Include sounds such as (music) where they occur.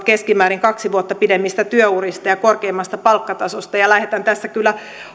(unintelligible) keskimäärin kaksi vuotta pidemmistä työurista ja ja korkeammasta palkkatasosta lähetän tässä kyllä